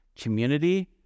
community